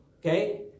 Okay